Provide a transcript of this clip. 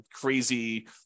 crazy